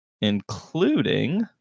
including